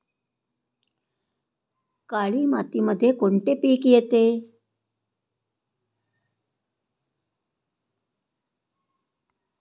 काळी मातीमध्ये कोणते पिके येते?